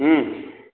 হুম